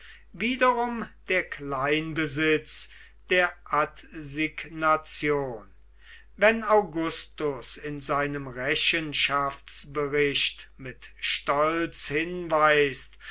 wiederum der kleinbesitz der adsignation wenn augustus in seinem rechenschaftsbericht mit stolz hinweist